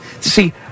see